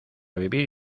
vivir